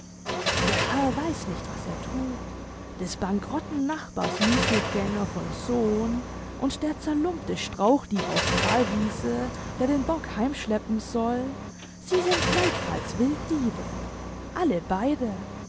der herr weiß nicht was er thut des bankerotten nachbars müssiggänger von sohn und der zerlumpte strauchdieb aus thalwiese der den bock heim schleppen soll sie sind gleichfalls wilddiebe alle beide